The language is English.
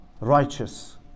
righteous